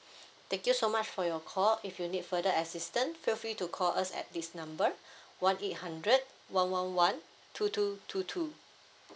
thank you so much for your call if you need further assistant feel free to call us at this number one eight hundred one one one two two two two